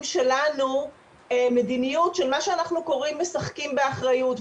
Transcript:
שלנו מדיניות של מה שאנחנו קוראים "משחקים באחריות",